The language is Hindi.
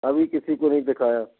अभी किसी को नहीं दिखाया